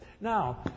Now